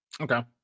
okay